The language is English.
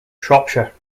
shropshire